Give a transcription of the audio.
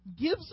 gives